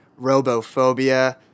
Robophobia